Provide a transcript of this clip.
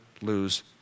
lose